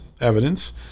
evidence